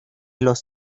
los